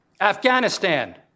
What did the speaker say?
Afghanistan